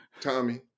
Tommy